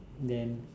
then